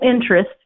interest